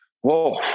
whoa